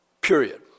Period